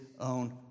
own